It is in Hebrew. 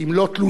אם לא תלונה,